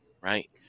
right